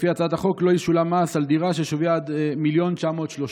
לפי הצעת החוק לא ישולם מס על דירה ששווי עד 1.93 מיליון שקלים.